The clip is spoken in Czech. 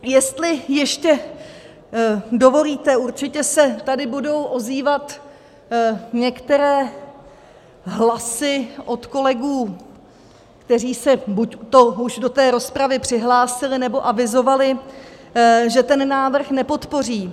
Jestli ještě dovolíte, určitě se tady budou ozývat některé hlasy od kolegů, kteří se buďto už do té rozpravy přihlásili, nebo avizovali, že ten návrh nepodpoří.